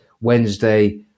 Wednesday